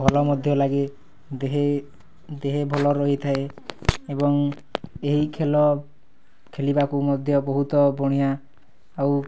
ଭଲ ମଧ୍ୟ ଲାଗେ ଦେହ ଦେହ ଭଲ ରହିଥାଏ ଏବଂ ଏହି ଖେଲ ଖେଲିବାକୁ ମଧ୍ୟ ବହୁତ ବଢ଼ିଆ ଆଉ